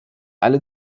alle